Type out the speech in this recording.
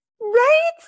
Right